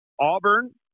Auburn